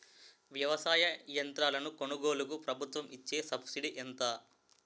వ్యవసాయ యంత్రాలను కొనుగోలుకు ప్రభుత్వం ఇచ్చే సబ్సిడీ ఎంత?